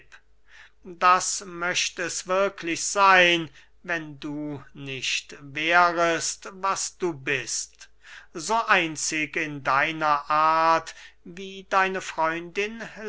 das möcht es wirklich seyn wenn du nicht wärest was du bist so einzig in deiner art wie deine freundin